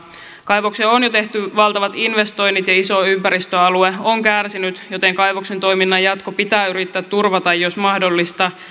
kaivokseen on jo tehty valtavat investoinnit ja iso ympäristöalue on kärsinyt joten kaivoksen toiminnan jatko pitää yrittää turvata jos mahdollista